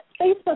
Facebook